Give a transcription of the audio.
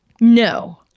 No